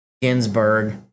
Ginsburg